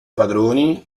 padroni